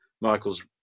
Michael's